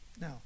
Now